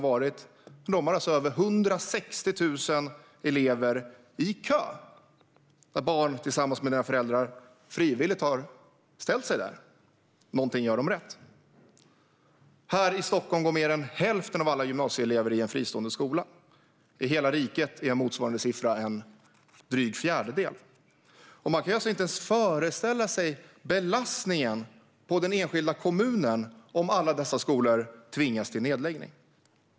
De har över 160 000 elever i kö, där barn tillsammans med sina föräldrar frivilligt har ställt sig. Någonting gör de rätt. Här i Stockholm går mer än hälften av alla gymnasieelever i en fristående skola. I hela riket är motsvarande siffra en dryg fjärdedel. Man kan inte ens föreställa sig belastningen på den enskilda kommunen om alla dessa skolor tvingas till nedläggning.